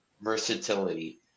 versatility